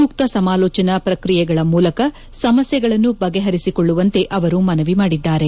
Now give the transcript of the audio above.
ಸೂಕ್ತ ಸಮಾಲೋಚನಾ ಪ್ರಕ್ರಿಯೆಗಳ ಮೂಲಕ ಸಮಸ್ತೆಗಳನ್ನು ಬಗೆಹರಿಸಿಕೊಳ್ಳುವಂತೆ ಅವರು ಮನವಿ ಮಾಡಿದ್ದಾರೆ